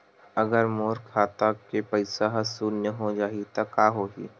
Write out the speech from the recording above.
अगर मोर खाता के पईसा ह शून्य हो जाही त का होही?